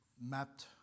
mapped